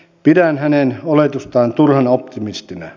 pidän hänen oletustaan turhan optimistisena